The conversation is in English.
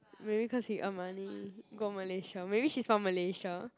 maybe cause he earn money go Malaysia maybe she's from Malaysia